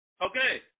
Okay